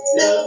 no